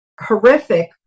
horrific